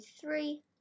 three